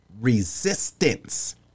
resistance